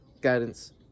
guidance